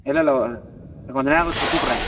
இல்லை இல்லை ஒ கொஞ்சம் நேரம் கழிச்சிக் கூப்பிட்றேன்